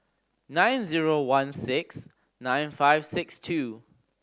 nine zero one six nine five six two